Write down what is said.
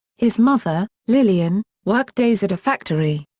his mother, lillian, worked days at a factory.